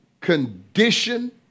condition